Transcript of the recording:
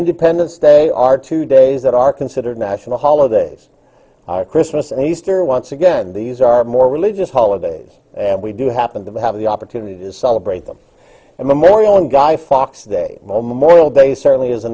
independence day are two days that are considered national holidays are christmas and easter once again these are more religious holidays we do happen to have the opportunity to celebrate them and memorial on guy fawkes day mo moral day certainly is a